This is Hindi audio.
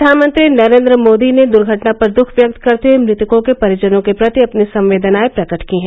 प्रधानमंत्री नरेन्द्र मोदी ने दुर्घटना पर दुख व्यक्त करते हुये मृतकों के परिजनों के प्रति अपनी संवेदनाएं प्रकट की हैं